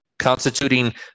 constituting